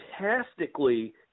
fantastically